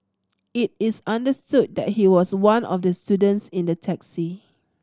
it is understood that he was one of the students in the taxi